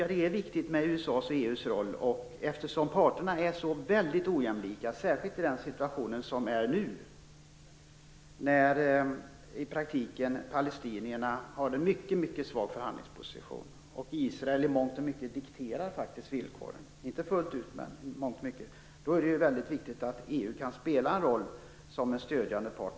Sedan är det viktigt med EU:s och USA:s roll, eftersom parterna är så väldigt ojämlika, särskilt i dagens situation när palestinierna i praktiken har en mycket svag förhandlingsposition. Israel dikterar faktiskt, om inte fullt ut så i mångt och mycket villkoren. Då är det viktigt att EU kan spela en roll som en stödjande part.